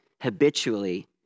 habitually